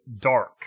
dark